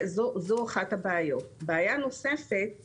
בעיה נוספת היא